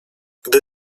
gdy